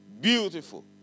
Beautiful